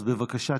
בבקשה,